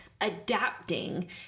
adapting